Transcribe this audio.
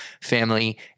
family